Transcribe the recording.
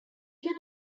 can